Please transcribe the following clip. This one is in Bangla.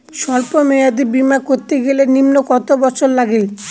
সল্প মেয়াদী বীমা করতে গেলে নিম্ন কত বছর লাগে?